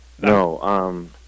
No